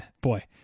boy